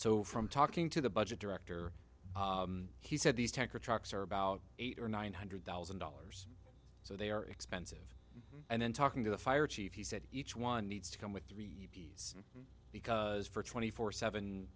so from talking to the budget director he said these tanker trucks are about eight or nine hundred thousand dollars so they are expensive and then talking to the fire chief he said each one needs to come with three days because for twenty four seven